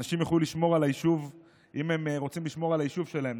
אנשים יוכלו לשמור על היישוב אם הם רוצים לשמור על היישוב שלהם.